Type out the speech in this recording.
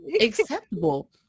acceptable